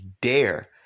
dare